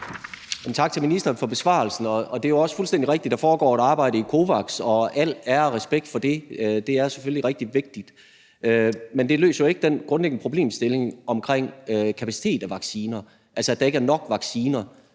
Tak til ministeren for besvarelsen. Det er jo også fuldstændig rigtigt, at der foregår et arbejde i COVAX – og al ære og respekt for det; det er selvfølgelig rigtig vigtigt. Men det løser jo ikke den grundlæggende problemstilling omkring kapacitet af vacciner, altså at der ikke er nok vacciner.